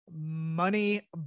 money